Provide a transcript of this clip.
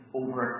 over